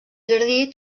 jardí